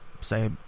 say